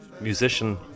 musician